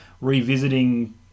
revisiting